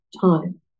time